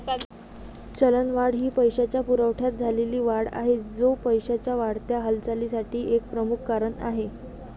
चलनवाढ ही पैशाच्या पुरवठ्यात झालेली वाढ आहे, जो पैशाच्या वाढत्या हालचालीसाठी एक प्रमुख कारण आहे